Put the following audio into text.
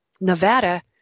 Nevada